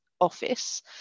office